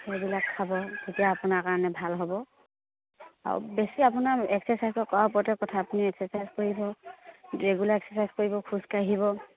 সেইবিলাক খাব তেতিয়া আপোনাৰ কাৰণে ভাল হ'ব আৰু বেছি আপোনাৰ এক্সাৰচাইজ কৰাৰ ওপৰতে কথা আপুনি এক্সাৰচাইজ কৰিব ৰেগুলাৰ এক্সাৰচাইজ কৰিব খোজকাঢ়িব